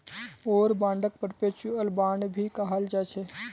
war बांडक perpetual bond भी कहाल जाछे